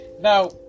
Now